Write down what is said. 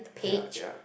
ya ya